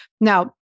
Now